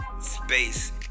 space